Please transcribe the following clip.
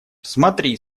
смотри